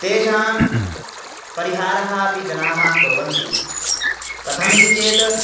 तेषां परिहारः अपि जनाः कुर्वन्ति कथमिति चेत्